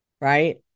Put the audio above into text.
right